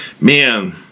Man